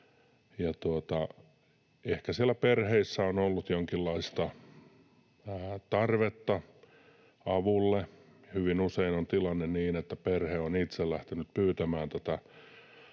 Ehkä siellä perheessä on ollut jonkinlaista tarvetta avulle; hyvin usein on tilanne niin, että perhe on itse lähtenyt pyytämään